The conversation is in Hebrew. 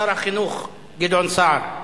אדוני שר החינוך גדעון סער,